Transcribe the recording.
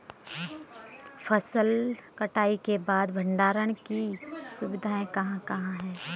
फसल कटाई के बाद भंडारण की सुविधाएं कहाँ कहाँ हैं?